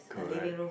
correct